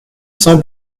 cents